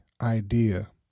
idea